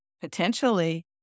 potentially